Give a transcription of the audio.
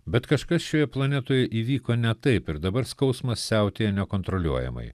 bet kažkas šioje planetoje įvyko ne taip ir dabar skausmas siautėja nekontroliuojamai